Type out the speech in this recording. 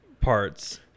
parts